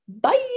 Bye